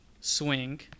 swing